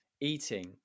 eating